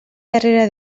darrera